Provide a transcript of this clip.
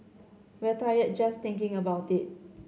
we're tired just thinking about it